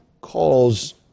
calls